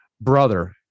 brother